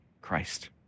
Christ